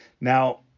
Now